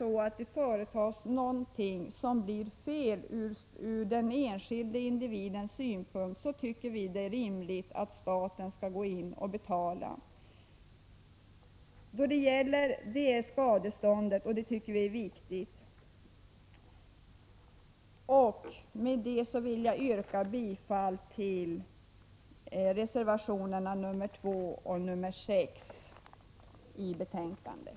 Om det företas någonting som blir fel ur den enskilde individens synpunkt tycker vi att det är rimligt att staten går in och betalar skadestånd, och det är en viktig princip. Med det vill jag yrka bifall till reservationerna nr 2 och 4 i betänkandet.